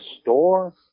store